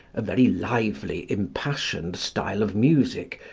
a very lively, impassioned style of music,